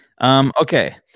Okay